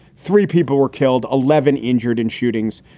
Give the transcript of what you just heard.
three people were killed. eleven injured in shootings.